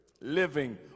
living